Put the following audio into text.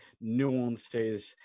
nuances